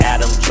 Adam